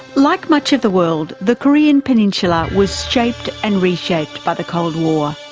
like much of the world, the korean peninsula was shaped and reshaped by the cold war.